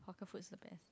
hawker food is the best